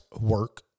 work